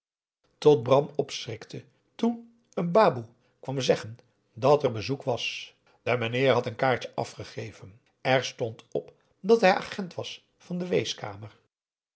tot bram opschrikte toen een baboe kwam zeggen dat er bezoek was de meneer had een kaartje afgegeven er stond op dat hij agent was van de weeskamer